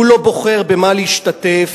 הוא לא בוחר במה להשתתף.